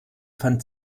fand